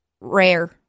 rare